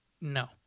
No